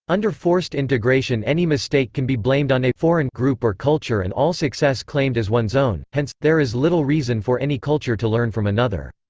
under forced integration any mistake can be blamed on a foreign group or culture and all success claimed as one's own hence, there is little reason for any culture to learn from another.